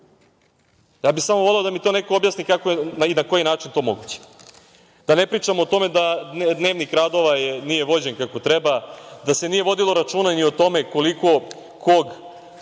Ja bih samo voleo da mi neko objasni kako i na koji način je to moguće? Da ne pričam o tome da dnevnik radova nije vođen, kako treba, da se nije vodilo računa ni o tome koliko kog